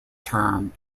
term